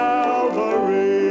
Calvary